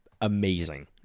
amazing